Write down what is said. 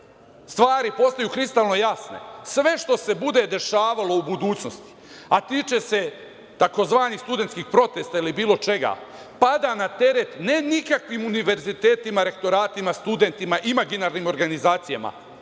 stvari postaju kristalno jasne. Sve što se bude dešavalo u budućnosti, a tiče se tzv. studentskih protesta ili bilo čega, pada na teret ne nikakvim univerzitetima, rektoratima, studentima, imaginarnim organizacijama,